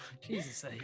Jesus